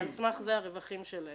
ועל סמך זה הרווחים שלהן.